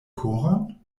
koron